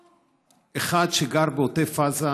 כאחד שגר בעוטף עזה,